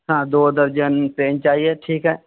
ہاں دو درجن پین چاہیے ٹھیک ہے